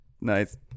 Nice